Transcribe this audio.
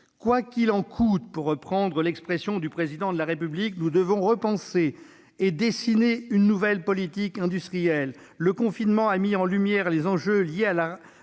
Quoi qu'il en coûte », pour reprendre l'expression du Président de la République, nous devons repenser et dessiner une nouvelle politique industrielle. Le confinement a mis en lumière les enjeux liés à la